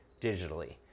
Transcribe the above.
digitally